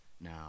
Now